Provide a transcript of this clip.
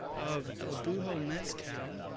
of el buho mezcal.